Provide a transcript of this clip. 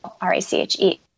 R-A-C-H-E